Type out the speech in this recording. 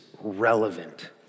relevant